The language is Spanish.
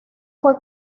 fue